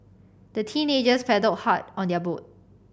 the teenagers paddled hard on their boat